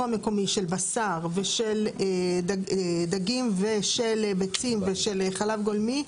המקומי של בשר ושל דגים ושל ביצים ושל חלב גולמי,